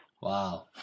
Wow